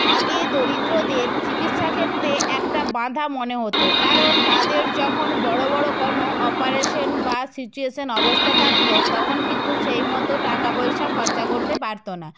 আগে দরিদ্রদের চিকিৎসাক্ষেত্রে একটা বাধা মনে হতো কারণ তাদের যখন বড় বড় কোনো অপারেশেন বা সিচুয়েশান অবস্থা থাকত তখন কিন্তু সেই মতো টাকা পয়সা খরচা করতে পারত না